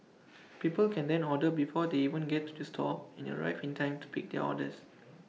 people can then order before they even get to the store and arrive in time to pick their orders